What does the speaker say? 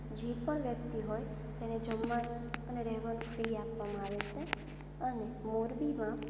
જે પણ વ્યક્તિ હોય તેને જમવા અને રહેવાનું ફ્રી આપવામાં આવે છે અને મોરબીમાં